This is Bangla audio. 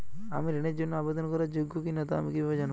আমি ঋণের জন্য আবেদন করার যোগ্য কিনা তা আমি কীভাবে জানব?